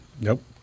Nope